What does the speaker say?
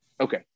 Okay